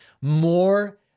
more